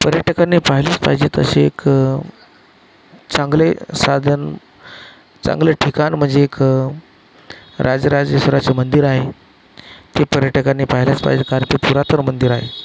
पर्यटकांनी पाहिलेच पाहिजे तसे एक चांगले साधन चांगले ठिकाण म्हणजे एक राजराजेश्वराचं मंदिर आहे की पर्यटकांनी पाहिलंच पाहिजे कारण की पुरातन मंदिर आहे